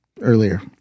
earlier